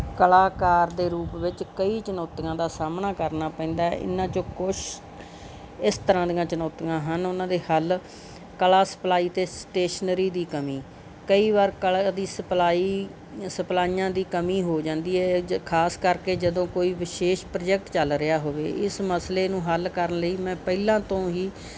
ਕਲਾਕਾਰ ਦੇ ਰੂਪ ਵਿੱਚ ਕਈ ਚੁਣੌਤੀਆਂ ਦਾ ਸਾਹਮਣਾ ਕਰਨਾ ਪੈਂਦਾ ਹੈ ਇਹਨਾਂ 'ਚੋਂ ਕੁਛ ਇਸ ਤਰ੍ਹਾਂ ਦੀਆਂ ਚੁਣੌਤੀਆਂ ਹਨ ਉਹਨਾਂ ਦੇ ਹੱਲ ਕਲਾ ਸਪਲਾਈ ਅਤੇ ਸਟੇਸ਼ਨਰੀ ਦੀ ਕਮੀ ਕਈ ਵਾਰ ਕਲਾ ਦੀ ਸਪਲਾਈ ਸਪਲਾਈਆਂ ਦੀ ਕਮੀ ਹੋ ਜਾਂਦੀ ਹੈ ਖਾਸ ਕਰਕੇ ਜਦੋਂ ਕੋਈ ਵਿਸ਼ੇਸ਼ ਪ੍ਰੋਜੈਕਟ ਚੱਲ ਰਿਹਾ ਹੋਵੇ ਇਸ ਮਸਲੇ ਨੂੰ ਹੱਲ ਕਰਨ ਲਈ ਮੈਂ ਪਹਿਲਾਂ ਤੋਂ ਹੀ